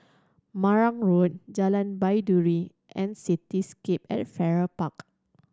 Marang Road Jalan Baiduri and Cityscape at Farrer Park